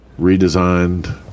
redesigned